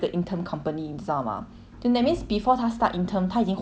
that means before 她 start intern 她已经换了两个 company liao 就这样子